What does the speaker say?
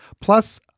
plus